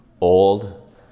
old